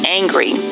angry